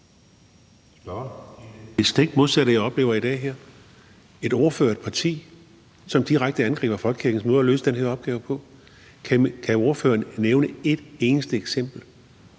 er det stik modsatte, jeg oplever her i dag, nemlig at ordføreren for et parti direkte angriber folkekirkens måde at løse den her opgave på. Kan ordføreren nævne et eneste eksempel